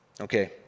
Okay